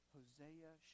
Hosea